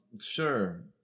Sure